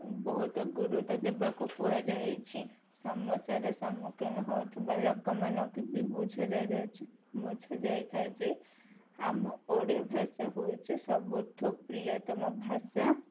ବହୁତ ଗୁରୁତ୍ୱ ଦେବାକୁ କୁହାଯାଇଛି ସମସ୍ୟାର ସମ୍ମୁଖୀନ ହେଉଥିବା ଲୋକମାନଙ୍କୁ ବି ବୁଝାଯାଇଛି ବୁଝାଯାଇଥାଏ ଯେ ଆମ ଓଡ଼ିଆ ଭାଷା ହେଉଛି ସବୁଠୁ ପ୍ରିୟତମ ଭାଷା